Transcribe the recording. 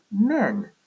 men